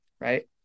Right